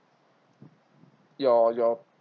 your your